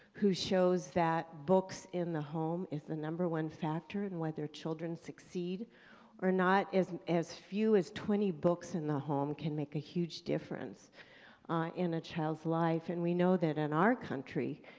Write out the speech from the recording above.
who shows that books in the home is the number one factor in whether children succeed or not. as few as twenty books in the home can make a huge difference in a child's life. and we know that in our country,